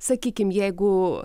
sakykim jeigu